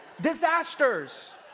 disasters